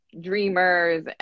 Dreamers